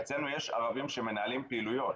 ואצלנו יש ערבים שמנהלים פעילויות.